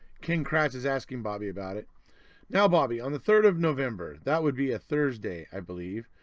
king kratz is asking bobby about it now bobby on the third of november, that would be a thursday, i believe.